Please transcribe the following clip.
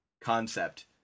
concept